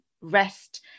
rest